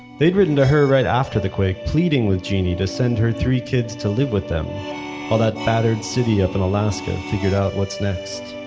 they'd written to her right after the quake, pleading with genie to send her three kids to live with them while that battered city up in alaska and figured out what's next.